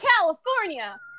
California